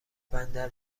بندر